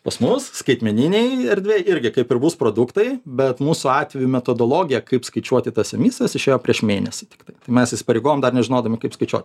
pas mus skaitmeninėj erdvėj irgi kaip ir mūsų produktai bet mūsų atveju metodologija kaip skaičiuoti tas emisijas išėjo prieš mėnesį tiktai mes įsipareigojom dar nežinodami kaip skaičiuot